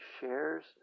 shares